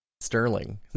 Sterling